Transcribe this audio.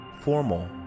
Formal